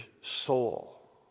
soul